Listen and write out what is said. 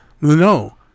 No